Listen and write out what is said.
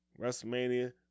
WrestleMania